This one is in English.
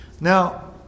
now